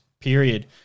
period